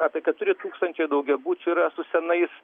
apie keturi tūkstančiai daugiabučių yra su senais